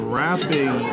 rapping